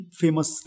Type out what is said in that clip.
famous